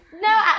No